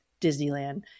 Disneyland